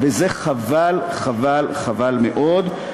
וזה חבל, חבל, חבל מאוד.